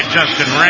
Justin